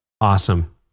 Awesome